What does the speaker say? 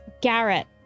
Garrett